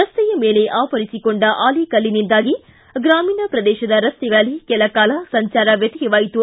ರಸ್ತೆಯ ಮೇಲೆ ಆವರಿಸಿಕೊಂಡ ಆಲಿಕಲ್ಲಿನಿಂದಾಗಿ ಗ್ರಾಮೀಣ ಪ್ರದೇಶದ ರಸ್ತೆಗಳಲ್ಲಿ ಕೆಲಕಾಲ ಸಂಚಾರ ವ್ಯತ್ತಯವಾಯಿತು